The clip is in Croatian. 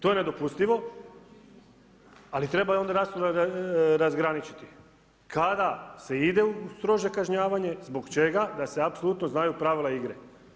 To je nedopustivo ali treba onda jasno razgraničiti kada se ide u strože kažnjavanje, zbog čega, da se apsolutno znaju pravila igre.